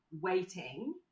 waiting